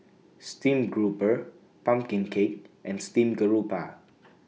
Stream Grouper Pumpkin Cake and Steamed Garoupa